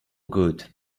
good